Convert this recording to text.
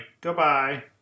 Goodbye